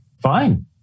fine